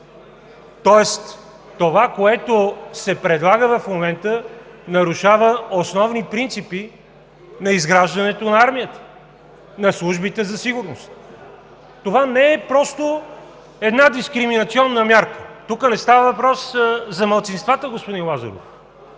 Тоест това, което се предлага в момента, нарушава основни принципи на изграждането на армията, на службите за сигурност! Това не е просто една дискриминационна мярка. Тук не става въпрос за малцинствата, господин Лазаров